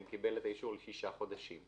אם קיבל את האישור לששה חודשים.